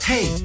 Hey